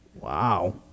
wow